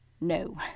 no